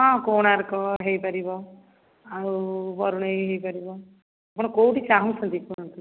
ହଁ କୋଣାର୍କ ହେଇପାରିବ ଆଉ ବରୁଣେଇ ହେଇପାରିବ ଆପଣ କେଉଁଠି ଚାହୁଁଛନ୍ତି କୁହନ୍ତୁ